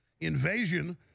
invasion